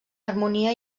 harmonia